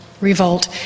revolt